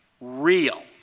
real